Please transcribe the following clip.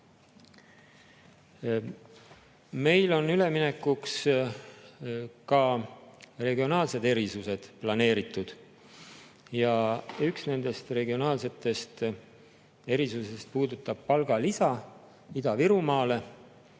Meil on üleminekuks ka regionaalsed erisused planeeritud. Üks nendest regionaalsetest erisustest puudutab palgalisa Ida-Virumaale.